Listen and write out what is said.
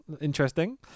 interesting